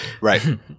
Right